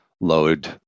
load